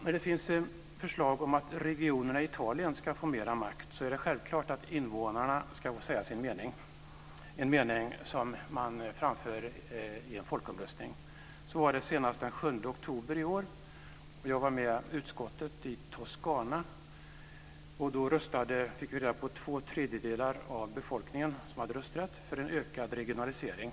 När det finns förslag om att regionerna i Italien ska få mera makt är det självklart att invånarna ska få säga sin mening, en mening som man framför i en folkomröstning. Så var det senast den 7 oktober i år, då jag var med utskottet i Toscana. Vi fick reda på att nära två tredjedelar av befolkningen med rösträtt röstade för en ökad regionalisering.